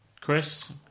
Chris